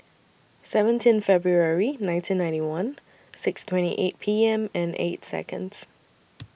seventeen February nineteen ninety one six twenty eight P M and eight Seconds